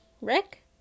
Rick